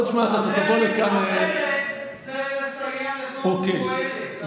אחרת זה לסייע לנוער קהלת אוקיי.